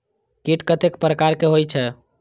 कीट कतेक प्रकार के होई छै?